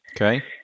Okay